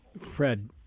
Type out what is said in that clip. Fred